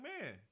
man